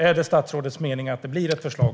Är det statsrådets mening att det blir ett förslag?